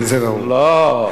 לא.